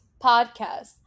Podcast